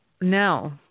No